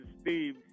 Steve